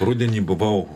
rudenį buvau